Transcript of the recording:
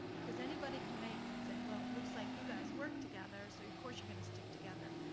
because anybody can make, say, well, it looks like you guys work together. so of course you're gonna stick together.